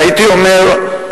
והייתי אומר,